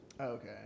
Okay